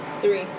Three